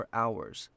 hours